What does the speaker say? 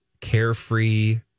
carefree